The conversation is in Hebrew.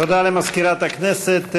תודה למזכירת הכנסת.